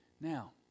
Now